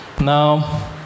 Now